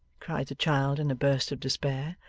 cried the child, in a burst of despair.